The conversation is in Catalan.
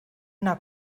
una